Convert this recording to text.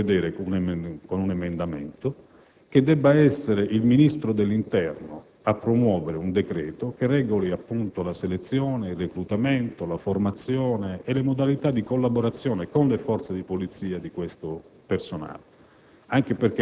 di dover prevedere con un emendamento che debba essere il Ministro dell'interno a promuovere un decreto che regoli la selezione, il reclutamento, la formazione e le modalità di collaborazione con le Forze di polizia di questo personale